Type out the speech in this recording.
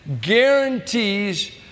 guarantees